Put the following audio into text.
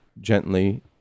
gently